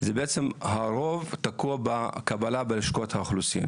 אני העברתי את החומר של ערערה בנגב ללשכת השר,